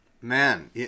man